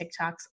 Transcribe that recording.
TikToks